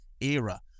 era